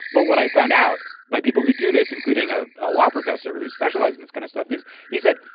but what i found out by people who do this, including a ah law professor who specializes in this kind of stuff, is he said,